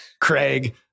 Craig